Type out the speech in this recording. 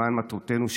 למען מטרותינו,